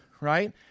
right